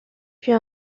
puis